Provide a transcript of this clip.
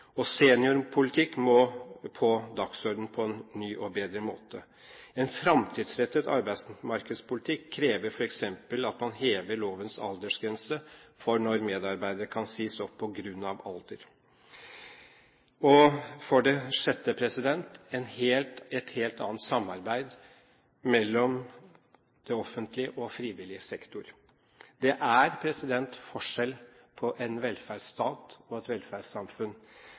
Seniorpolitikk må på dagsordenen på en ny og bedre måte. En fremtidsrettet arbeidsmarkedspolitikk krever f.eks. at man hever lovens aldersgrense for når medarbeidere kan sies opp på grunn av alder. For det sjette: et helt annet samarbeid mellom det offentlige og frivillig sektor. Det er forskjell på en velferdsstat og et velferdssamfunn,